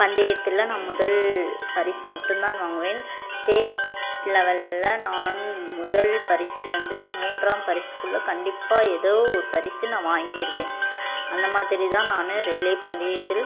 பந்தயத்தில் நான் முதல் பரிசு மட்டுந்தான் வாங்குவேன் ஸ்டேட் லெவெல்ல நான் முதல் பரிசுலேருந்து மூன்றாம் பரிசுக்குள்ள கண்டிப்பாக ஏதோ ஒரு பரிசு நான் வாங்கிடுவேன் அந்த மாதிரி தான் நான் ரிலே பந்தயத்தில்